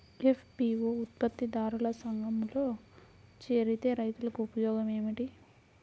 FPO ఉత్పత్తి దారుల సంఘములో చేరితే రైతులకు ఉపయోగము ఏమిటి?